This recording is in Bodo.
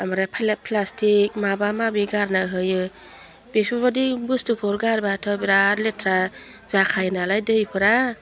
आमफ्राय प्लाटिक्ट माबा माबि गारना होयो बेफोर बायदि बुस्टुखौ गारबाथ' बेराद लेथ्रा जाखायो नालाय दैफ्रा